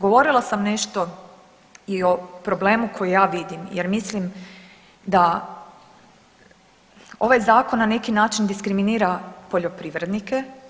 Govorila sam nešto i o problemu koji ja vidim, jer mislim da ovaj zakon na neki način diskriminira poljoprivrednike.